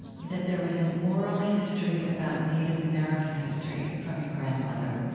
and that there was an oral history about native american history from your grandmother,